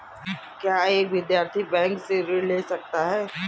क्या एक विद्यार्थी बैंक से ऋण ले सकता है?